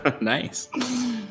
Nice